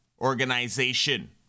Organization